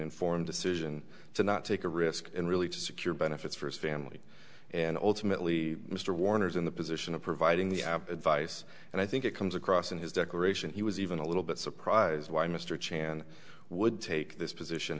informed isn't to not take a risk and really to secure benefits for his family and ultimately mr warner is in the position of providing the app advice and i think it comes across in his declaration he was even a little bit surprised why mr chan would take this position